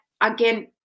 again